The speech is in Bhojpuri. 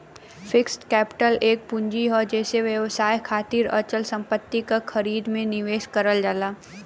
फिक्स्ड कैपिटल एक पूंजी हौ जेसे व्यवसाय खातिर अचल संपत्ति क खरीद में निवेश करल जाला